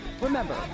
Remember